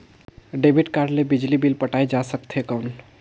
Debit card ले बिजली bill पटाय जा सकथे कौन?